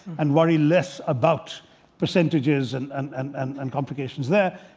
and worry less about percentages and and and and and complications there.